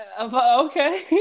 Okay